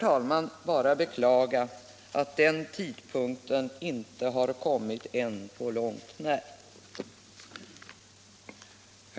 Jag kan bara beklaga att den tidpunkten inte har kommit ännu på långt när.